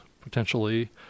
potentially